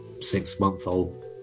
six-month-old